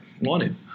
wanted